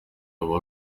aba